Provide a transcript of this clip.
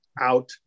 out